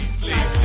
sleep